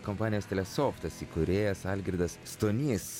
kompanijos telesoftas įkūrėjas algirdas stonys